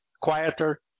quieter